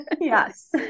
Yes